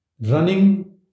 running